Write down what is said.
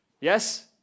Yes